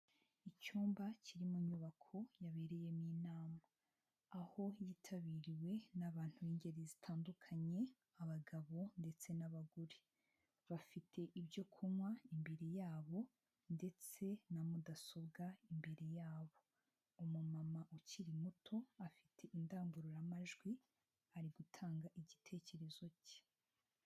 Icyumba kiri mu nyubako yabereyemo inama, aho yitabiriwe n'abantu b'ingeri zitandukanye, abagabo ndetse n'abagore bafite ibyo kunywa imbere yabo ndetse na mudasobwa imbere yabo. Umumama ukiri muto afite indangururamajwi, ari gutanga igitekerezo cye.